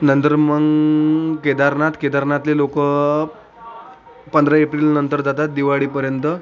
नंतर मग केदारनाथ केदारनाथला लोक पंधरा एप्रिलनंतर जातात दिवाळीपर्यंत